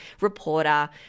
reporter